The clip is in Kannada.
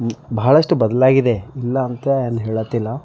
ಬಹಳಷ್ಟು ಬದಲಾಗಿದೆ ಇಲ್ಲ ಅಂತ ಏನು ಹೇಳಾತಿಲ್ಲಾ